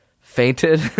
fainted